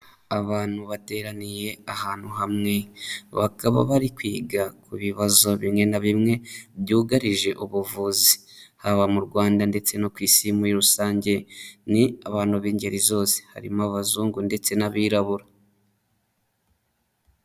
Abantu bateraniye ahantu hamwe, bakaba bari kwiga ku bibazo bimwe na bimwe byugarije ubuvuzi, haba mu Rwanda ndetse no ku isi muri rusange, ni abantu b'ingeri zose harimo abazungu ndetse n'abirabura.